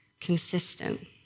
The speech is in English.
consistent